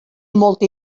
molta